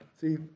See